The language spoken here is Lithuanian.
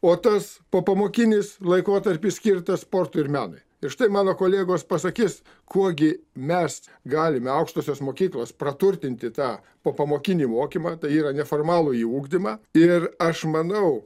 o tas popamokinis laikotarpis skirtas sportui ir menui ir štai mano kolegos pasakys kuo gi mes galime aukštosios mokyklos praturtinti tą popamokinį mokymą tai yra neformalųjį ugdymą ir aš manau